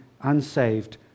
unsaved